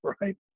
right